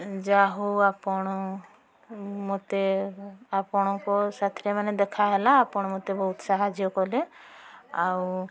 ଯାହା ହେଉ ଆପଣ ମୋତେ ଆପଣଙ୍କ ସାଥିରେ ମାନେ ଦେଖାହେଲା ଆପଣ ମୋତେ ବହୁତ ସାହାଯ୍ୟ କଲେ ଆଉ